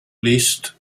leased